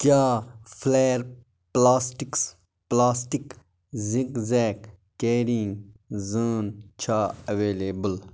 کیٛاہ flair plastics plastic zig zag carrying زٲن چھا ایویلیبل